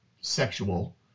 sexual